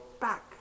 back